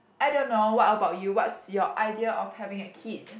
I don't know what about you what's your idea of having a kid